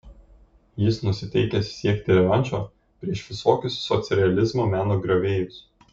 jis nusiteikęs siekti revanšo prieš visokius socrealizmo meno griovėjus